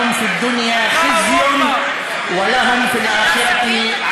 דקות אדוני, בבקשה.